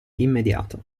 immediato